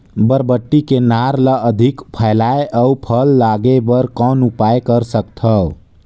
बरबट्टी के नार ल अधिक फैलाय अउ फल लागे बर कौन उपाय कर सकथव?